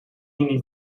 need